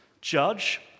judge